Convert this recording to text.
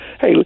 hey